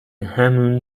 همون